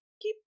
keep